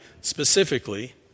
specifically